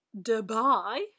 Dubai